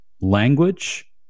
language